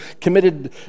committed